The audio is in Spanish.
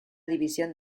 división